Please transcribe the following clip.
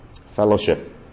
fellowship